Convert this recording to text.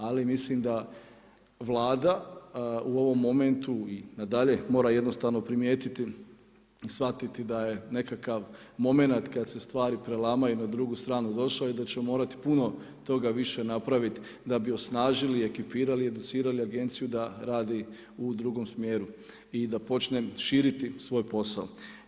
Ali, mislim da Vlada u ovom momentu, nadalje, mora jednostavno primijetiti i shvatiti da je nekakav momenat, kad se stvari prelamaju na drugu stranu došao i da će morati puno toga više napraviti, da bi osnažili, ekipirali, educirali agenciju da radi u drugom smjeru i da počne širiti svoj posao.